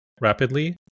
rapidly